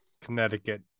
Connecticut